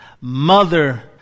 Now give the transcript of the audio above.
mother